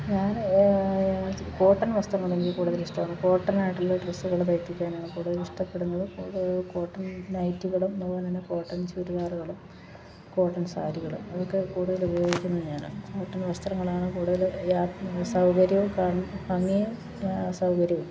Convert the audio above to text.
ഞാൻ കോട്ടൺ വസ്ത്രങ്ങളാണ് എനിക്ക് കൂടുതലിഷ്ടം കോട്ടൺ ആയിട്ടുള്ള ഡ്രസ്സുകൾ തയ്പ്പിക്കാനാണ് കൂടുതലിഷ്ടപ്പെടുന്നത് കോട്ടൺ നൈറ്റികളും അതുപോലെത്തന്നെ കോട്ടൺ ചുരിദാറുകളും കോട്ടൺ സാരികളും അതൊക്കെ കൂടുതൽ ഉപയോഗിക്കുന്നത് ഞാൻ കോട്ടൺ വസ്ത്രങ്ങളാണ് കൂടുതൽ സൗകര്യവും ഭംഗിയും സൗകര്യവും